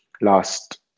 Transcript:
last